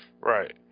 Right